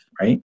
Right